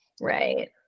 Right